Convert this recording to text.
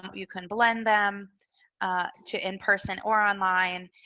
um you can lend them to in person or onlife. and